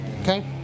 Okay